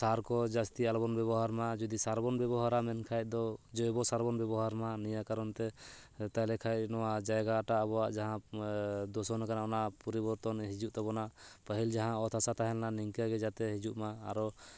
ᱥᱟᱨ ᱠᱚ ᱡᱟᱹᱥᱛᱤ ᱟᱞᱚᱵᱚᱱ ᱵᱮᱵᱚᱦᱟᱨ ᱢᱟ ᱡᱩᱫᱤ ᱥᱟᱨ ᱵᱚᱱ ᱵᱮᱵᱚᱦᱟᱨᱟ ᱢᱮᱱᱠᱷᱟᱱ ᱫᱚ ᱡᱚᱭᱵᱚᱥᱟᱨ ᱵᱚᱱ ᱵᱮᱵᱚᱦᱟᱨ ᱢᱟ ᱱᱤᱭᱟᱹ ᱠᱟᱨᱚᱱ ᱛᱮ ᱛᱟᱦᱞᱮ ᱠᱷᱟᱱ ᱱᱚᱣᱟ ᱡᱟᱭᱜᱟ ᱴᱟᱜ ᱟᱵᱚᱮᱣᱟᱜ ᱡᱟᱦᱟᱸ ᱫᱩᱥᱚᱱ ᱠᱟᱱᱟ ᱚᱱᱟ ᱯᱚᱨᱤᱵᱚᱨᱛᱚᱱ ᱨᱮ ᱦᱤᱡᱩᱜ ᱛᱟᱵᱚᱱᱟ ᱯᱟᱹᱦᱤᱞ ᱡᱟᱦᱟᱸ ᱚᱛ ᱦᱟᱥᱟ ᱛᱟᱦᱮᱸ ᱞᱮᱱᱟ ᱱᱤᱝᱠᱟᱹᱜᱮ ᱡᱟᱛᱮ ᱦᱤᱡᱩᱜ ᱢᱟ ᱟᱨᱚ